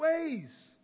ways